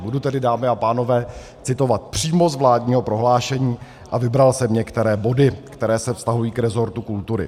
Budu tedy, dámy a pánové, citovat přímo z vládního prohlášení a vybral jsem některé body, které se vztahují k resortu kultury.